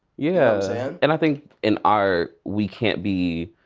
yeah and i think in our. we can't be.